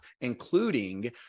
including